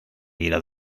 jeder